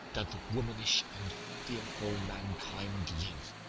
doth womanish and fearful mankind live!